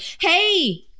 hey